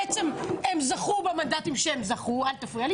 מתפרץ לדברים שלי